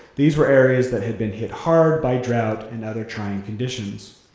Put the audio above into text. these were areas that had been hit hard by drought and other trying conditions.